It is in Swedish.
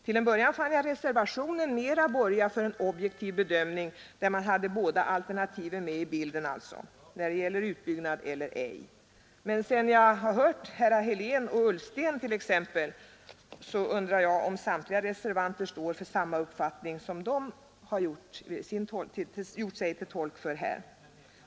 Till en början fann jag reservationen mera borga för en objektiv bedömning, där man alltså hade båda alternativen med i bilden när det gäller frågan om utbyggnad eller ej. Men sedan jag hört t.ex. herrar Helén och Ullsten så undrar jag om samtliga reservanter står för den uppfattning som de här har gjort sig till tolk för.